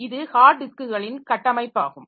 இது ஹார்ட் டிஸ்க்குகளின் கட்டமைப்பாகும்